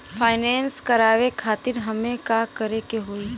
Finance करावे खातिर हमें का करे के होई?